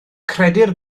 credir